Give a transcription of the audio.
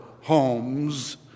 homes